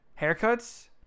Haircuts